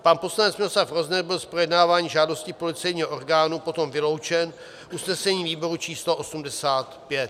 Pan poslanec Miloslav Rozner byl z projednávání žádosti policejního orgánu potom vyloučen usnesením výboru č. 85.